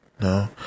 No